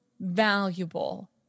valuable